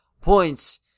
points